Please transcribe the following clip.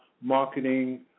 marketing